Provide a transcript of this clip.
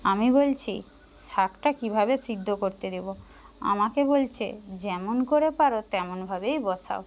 আমি বলছি শাকটা কীভাবে সিদ্ধ করতে দেবো আমাকে বলছে যেমন করে পারো তেমনভাবেই বসাও